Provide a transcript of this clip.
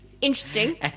Interesting